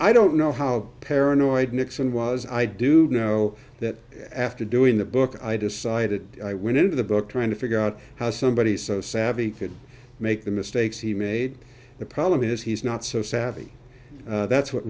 i don't know how paranoid nixon was i do know that after doing the book i decided i went into the book trying to figure out how somebody so savvy could make the mistakes he made the problem is he's not so savvy that's what